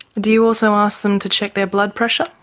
do you also ask them to check their blood pressure?